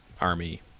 army